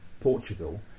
Portugal